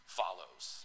follows